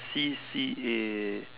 C_C_A